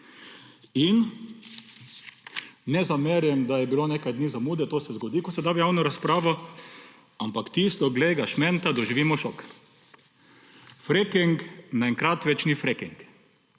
in ne zamerim, da je bilo nekaj dni zamude. To se zgodi, ko se da v javno razpravo, ampak tisto, glej ga šmenta, doživimo šok. Fracking naenkrat ni več fracking!